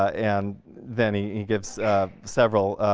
and then he he gives several